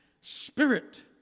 spirit